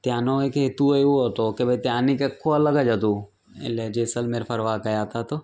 ત્યાંનો એક હેતુ એવો હતો કે ભાઈ ત્યાંની કે આખું અલગ જ હતું એટલે જેસલમેર ફરવા ગયા હતા તો